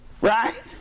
Right